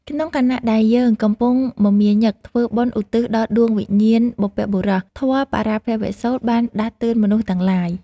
ក្នុងខណៈដែលយើងកំពុងមមាញឹកធ្វើបុណ្យឧទ្ទិសដល់ដួងវិញ្ញាណបុព្វបុរស ធម៌បរាភវសូត្របានដាស់តឿនមនុស្សទាំងឡាយ។